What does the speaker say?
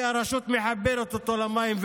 כי הרשות מחברת אותו למים,